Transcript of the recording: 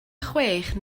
chwech